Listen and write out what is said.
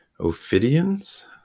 Ophidians